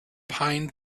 pine